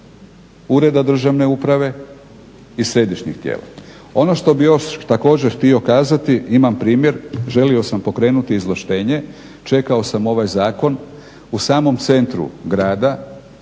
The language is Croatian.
Ureda državne uprave i središnjih tijela. Ono što bi još također htio kazati imam primjer, želio sam pokrenuti izvlaštenje, čekao sam ovaj zakon. u samom centru grada